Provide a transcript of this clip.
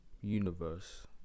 universe